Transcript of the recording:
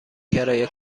کرایه